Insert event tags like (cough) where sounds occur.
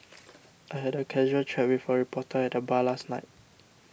(noise) I had a casual chat with a reporter at the bar last night